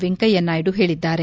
ವೆಂಕಯ್ಲನಾಯ್ಲು ಹೇಳಿದ್ದಾರೆ